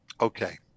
Okay